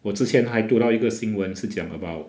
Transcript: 我之前还读到一个新闻是讲 about